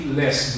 less